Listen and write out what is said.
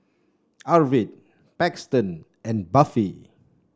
Arvid Paxton and Buffy